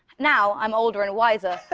now i'm older and wiser,